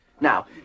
Now